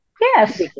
yes